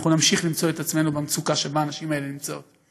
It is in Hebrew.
אנחנו נמשיך למצוא את עצמנו במצוקה שבה הנשים האלה נמצאות.